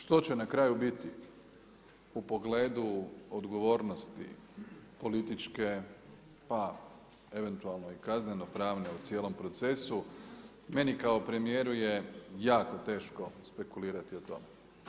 Što će na kraju biti u pogledu odgovornosti političke, pa eventualno i kazneno pravne u cijelom procesu, meni kao premijeru je jako teško spekulirati o tome.